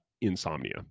insomnia